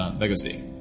Legacy